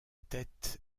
tête